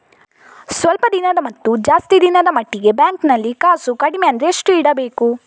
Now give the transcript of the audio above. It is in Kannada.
ಸ್ವಲ್ಪ ದಿನದ ಮತ್ತು ಜಾಸ್ತಿ ದಿನದ ಮಟ್ಟಿಗೆ ಬ್ಯಾಂಕ್ ನಲ್ಲಿ ಕಾಸು ಕಡಿಮೆ ಅಂದ್ರೆ ಎಷ್ಟು ಇಡಬೇಕು?